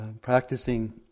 practicing